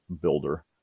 builder